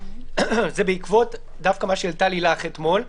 זה בעקבות דווקא מה שהעלתה לילך אתמול.